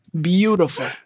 Beautiful